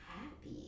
happy